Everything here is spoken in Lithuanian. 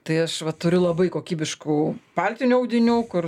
tai aš va turiu labai kokybiškų paltinių audinių kur